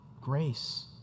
grace